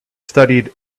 studied